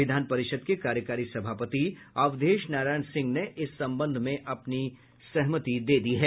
विधान परिषद के कार्यकारी सभापति अवधेश नारायण सिंह ने इस संबंध में अपनी सहमति दे दी है